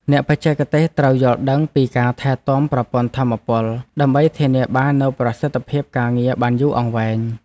អ្នកបច្ចេកទេសត្រូវយល់ដឹងពីការថែទាំប្រព័ន្ធថាមពល ដើម្បីធានាបាននូវប្រសិទ្ធភាពការងារបានយូរអង្វែង។